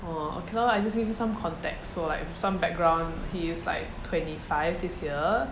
!wah! okay lor I just give you some context so like with some background he is like twenty five this year